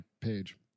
page